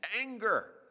anger